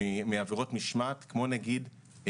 בגלל עבירות משמעת כמו נהיגה.